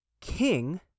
king